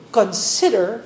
consider